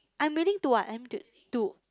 I'm willing to [what] I'm to